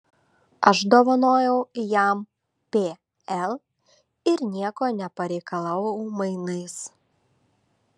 aš dovanojau jam pl ir nieko nepareikalavau mainais